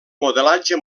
modelatge